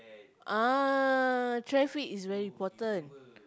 ah traffic is very important